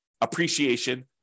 appreciation